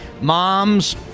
Moms